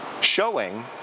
showing